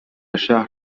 شهر